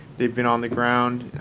they've been on the ground.